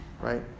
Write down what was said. right